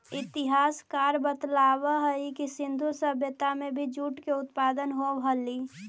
इतिहासकार बतलावऽ हई कि सिन्धु सभ्यता में भी जूट के उत्पादन होवऽ हलई